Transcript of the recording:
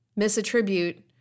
misattribute